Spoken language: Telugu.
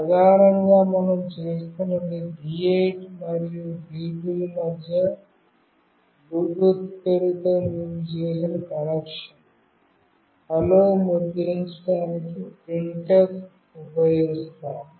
ప్రధానంగా మనం చేస్తున్నది D8 మరియు D2 ల మధ్య బ్లూటూత్ పేరుతో మేము చేసిన కనెక్షన్ "హలో" ముద్రించడానికి printf ని ఉపయోగిస్తాము